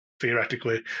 Theoretically